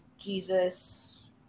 Jesus